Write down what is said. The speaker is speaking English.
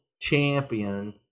champion